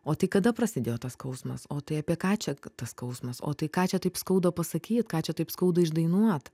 o tai kada prasidėjo tas skausmas o tai apie ką čia tas skausmas o tai ką čia taip skauda pasakyt ką čia taip skauda išdainuot